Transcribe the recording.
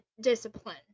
discipline